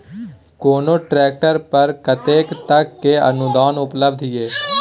कोनो ट्रैक्टर पर कतेक तक के अनुदान उपलब्ध ये?